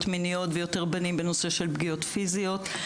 מיניות ויותר בנים בנושא של פגיעות פיזיות.